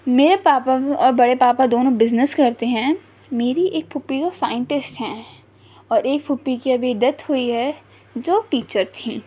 میرے پاپا اور بڑے پاپا دونوں بزنس کرتے ہیں میری ایک پھوپھی جو سائنٹسٹ ہیں اور ایک پھوپھی کی ابھی ڈیتھ ہوئی ہے جو ٹیچر تھیں